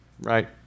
right